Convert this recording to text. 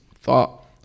thought